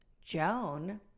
Joan